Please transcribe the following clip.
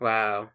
Wow